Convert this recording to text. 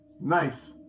Nice